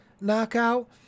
knockout